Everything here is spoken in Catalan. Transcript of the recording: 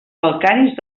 calcaris